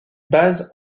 base